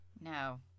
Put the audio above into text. No